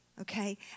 okay